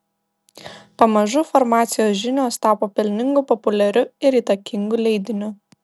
pamažu farmacijos žinios tapo pelningu populiariu ir įtakingu leidiniu